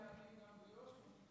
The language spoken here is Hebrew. גם ביו"ש,